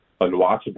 unwatchable